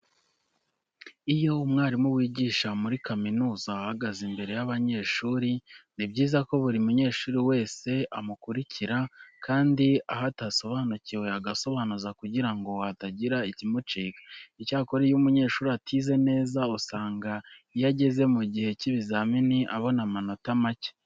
Iyo umwarimu wigisha muri kaminuza ahagaze imbere y'abanyeshuri ni byiza ko buri munyeshuri wese amukurikira kandi aho atasobanukiwe agasobanuza kugira ngo hatagira ikimucika. Icyakora iyo umunyeshuri atize neza usanga iyo ageze mu gihe cy'ibizamini abona amanota make.